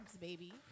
baby